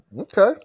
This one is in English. okay